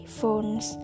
phones